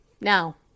Now